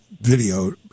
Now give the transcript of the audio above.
Video